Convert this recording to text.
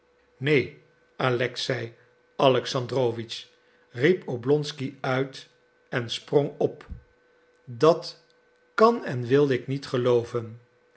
neen alexei alexandrowitsch riep oblonsky uit en sprong op dat kan en wil ik niet gelooven